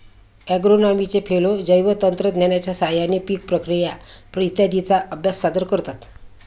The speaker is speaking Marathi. ॲग्रोनॉमीचे फेलो जैवतंत्रज्ञानाच्या साहाय्याने पीक प्रक्रिया इत्यादींचा अभ्यास सादर करतात